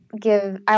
give